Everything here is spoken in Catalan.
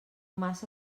massa